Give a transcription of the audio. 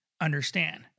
understand